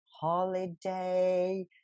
holiday